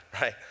right